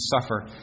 suffer